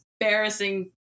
embarrassing